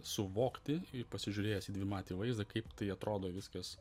suvokti pasižiūrėjęs į dvimatį vaizdą kaip tai atrodo viskas